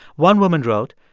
one woman wrote,